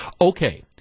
Okay